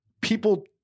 people